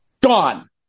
gone